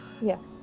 Yes